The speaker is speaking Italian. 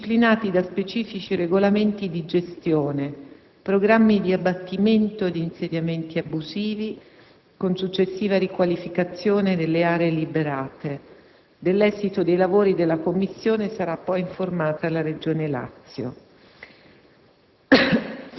disciplinati da specifici regolamenti di gestione; programmi di abbattimento di insediamenti abusivi, con successiva riqualificazione delle aree liberate. Dell'esito dei lavori della commissione sarà informata la Regione Lazio.